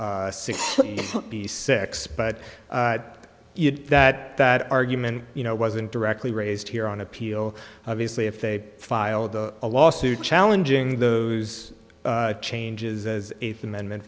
under six b six but that that argument you know wasn't directly raised here on appeal obviously if they filed a lawsuit challenging the changes as eighth amendment